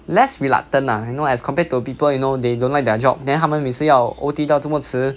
less reluctant lah you know as compared to people you know they don't like their job then 他们每次要 O_T 到那么迟